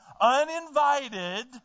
uninvited